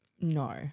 No